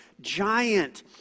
giant